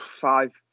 five